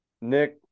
Nick